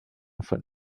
foot